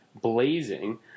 blazing